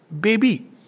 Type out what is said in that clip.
baby